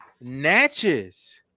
Natchez